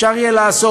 אפשר יהיה לעשות,